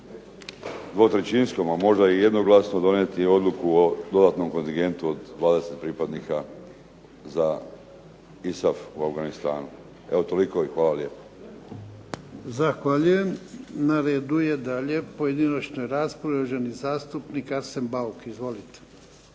dvotrećinskom a možda i jednoglasno donijeti odluku o kontingentu od 20 pripadnika za ISAF u Afganistanu. Hvala toliko. **Jarnjak, Ivan (HDZ)** Zahvaljujem. Na redu je dalje pojedinačna rasprava, uvaženi zastupnik Arsen Bauk. Izvolite.